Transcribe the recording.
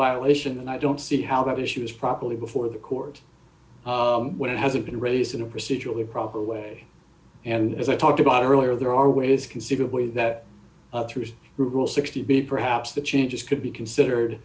violation and i don't see how that issue is properly before the court when it hasn't been raised in a procedurally proper way and as i talked about earlier there are ways conceivably that rule sixty b perhaps the changes could be considered